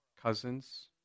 cousins